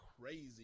crazy